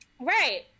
Right